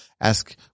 Ask